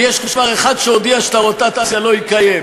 כי יש כבר אחד שהודיע שאת הרוטציה הוא לא יקיים,